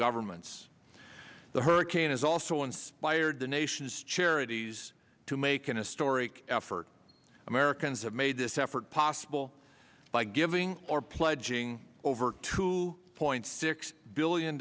governments the hurricane is also inspired the nation's charities to make an historic effort americans have made this effort possible by giving or pledging over two point six billion